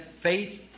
faith